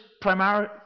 primarily